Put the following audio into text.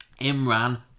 Imran